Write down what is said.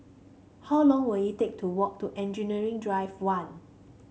how long will it take to walk to Engineering Drive One